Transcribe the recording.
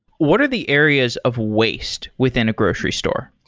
what are the areas of waste within a grocery store?